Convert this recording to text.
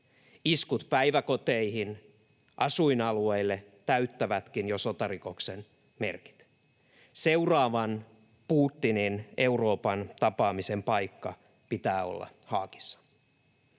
Iskut päiväkoteihin ja asuinalueille täyttävätkin jo sotarikoksen merkit. Seuraavan Putinin Euroopan tapaamisen paikan pitää olla Haagissa.